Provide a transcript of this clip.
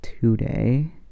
today